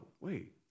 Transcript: wait